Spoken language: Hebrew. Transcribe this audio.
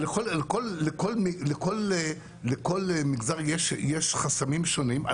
לכל מגזר יש חסמים שונים.